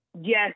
Yes